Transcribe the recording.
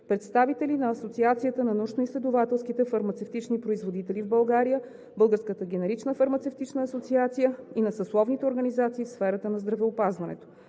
представители на Асоциацията на научноизследователските фармацевтични производители в България, Българската генерична фармацевтична асоциация, и на съсловните организации в сферата на здравеопазването.